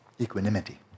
equanimity